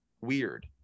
weird